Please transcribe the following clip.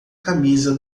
camisa